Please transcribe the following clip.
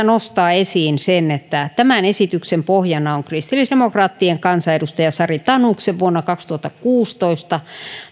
nostaa esiin sen että tämän esityksen pohjana on kristillisdemokraattien kansanedustaja sari tanuksen vuonna kaksituhattakuusitoista